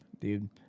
dude